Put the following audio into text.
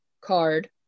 card